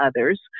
others